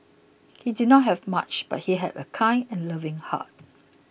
he did not have much but he had a kind and loving heart